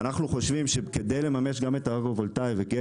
אנחנו חושבים שכדי לממש גם את האגרו-וולטאי ואת